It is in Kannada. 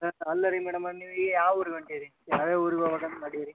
ಹಾಂ ಅಲ್ಲ ರೀ ಮೇಡಮ ನೀವು ಈ ಯಾವ ಊರಿಗೆ ಹೊಂಟಿರಿ ಯಾವ ಯಾವ ಊರಿಗೆ ಹೋಗ್ಬೇಕು ಅಂತ ಮಾಡೀರಿ